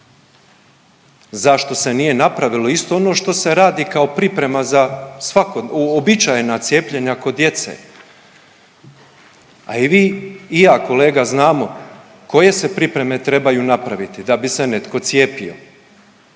Zašto se nije napravilo isto ono što se radi kao priprema za svako uobičajena cijepljenja kod djece? A i vi, a i ja kolega znamo koje se pripreme trebaju napraviti da bi se netko cijepio,